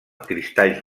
cristalls